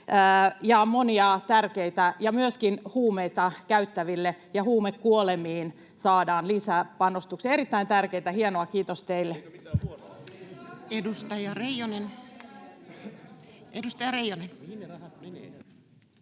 monia tärkeitä, ja myöskin huumeita käyttäville ja huumekuolemiin saadaan lisäpanostuksia. Erittäin tärkeitä. Hienoa, kiitos teille.